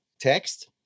text